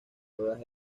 cuevas